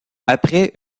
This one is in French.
après